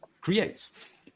create